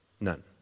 none